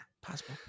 Possible